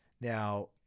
Now